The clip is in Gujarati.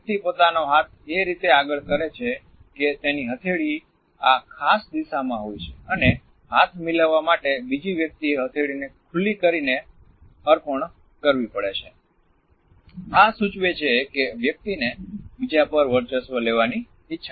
વ્યક્તિ પોતાનો હાથ એ રીતે આગળ કરે છે કે તેની હથેળી આ ખાસ દિશામાં હોય છે અને હાથ મિલાવવા માટે બીજી વ્યક્તિએ હથેળીને ખુલી કરીને અર્પણ કરવી પડશે આ સૂચવે છે કે વ્યક્તિને બીજા પર વર્ચસ્વ લેવાની ઇચ્છા છે